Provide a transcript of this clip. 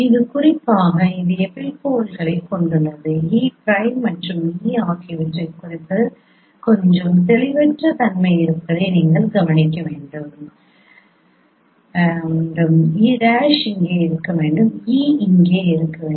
இது குறிப்பாக இது எபிபோல்களைக் கொண்டுள்ளது e பிரைம் மற்றும் e ஆகியவற்றைக் குறிப்பதில் கொஞ்சம் தெளிவற்ற தன்மை இருப்பதை நீங்கள் கவனிக்க வேண்டும் e' இங்கே இருக்க வேண்டும் e இங்கே இருக்க வேண்டும்